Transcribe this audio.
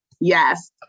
Yes